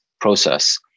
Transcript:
process